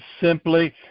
simply